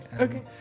Okay